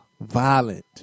violent